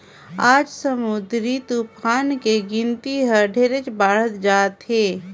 आज समुददरी तुफान के गिनती हर ढेरे बाढ़त जात हे